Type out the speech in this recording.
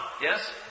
yes